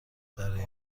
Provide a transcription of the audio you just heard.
برای